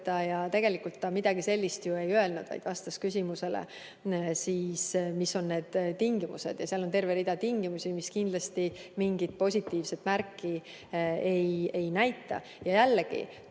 Tegelikult ta midagi sellist ju ei öelnud, vaid vastas küsimusele, mis on need tingimused. Seal on terve rida tingimusi, mis kindlasti mingit positiivset märki ei näita. Jällegi,